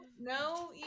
no